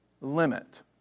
limit